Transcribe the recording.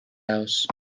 house